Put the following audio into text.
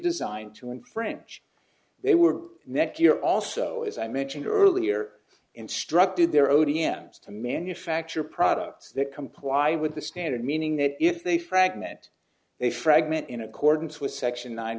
designed to infringe they were netgear also as i mentioned earlier instructed their o d m to manufacture products that comply with the standard meaning that if they fragment they fragment in accordance with section nine